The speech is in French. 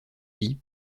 vie